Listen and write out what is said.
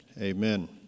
Amen